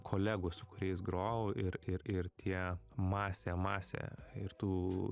kolegų su kuriais grojau ir ir ir tie masė masė ir tų